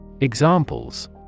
Examples